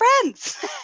friends